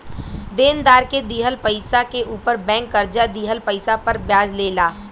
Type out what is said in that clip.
देनदार के दिहल पइसा के ऊपर बैंक कर्जा दिहल पइसा पर ब्याज ले ला